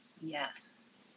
Yes